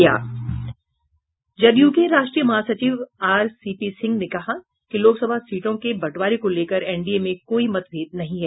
जदयू के राष्ट्रीय महासचिव आरसीपीसिंह ने कहा कि लोकसभा सीटों के बंटवारे को लेकर एनडीए में कोई मतभेद नहीं है